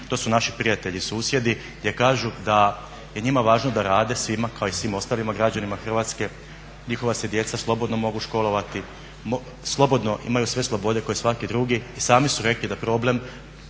to su naši prijatelji i susjedi gdje kažu da je njima važno da rade kao i svim ostalim građanima Hrvatske, njihova se djeca slobodno mogu školovati, imaju sve slobode ko i svaki drugi i sami su rekli da problem